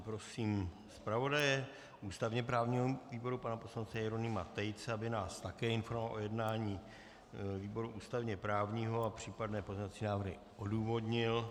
Prosím zpravodaje ústavněprávního výboru pana poslance Jeronýma Tejce, aby nás také informoval o jednání výboru ústavněprávního a případné pozměňovací návrhy odůvodnil.